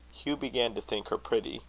hugh began to think her pretty,